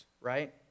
right